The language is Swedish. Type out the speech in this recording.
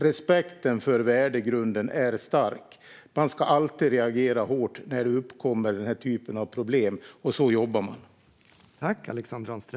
Respekten för värdegrunden är stark. Man ska alltid reagera hårt när den här typen av problem uppkommer. Så jobbar man också.